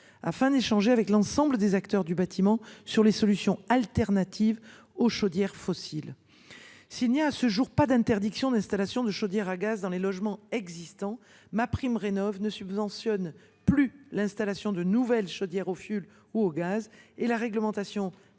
de débattre avec l’ensemble des acteurs du bâtiment des solutions alternatives aux chaudières fossiles. S’il n’y a à ce jour pas d’interdiction d’installation de chaudières à gaz dans les logements existants, le dispositif MaPrimeRénov’ ne subventionne plus l’installation de nouvelles chaudières au fioul ou au gaz et la réglementation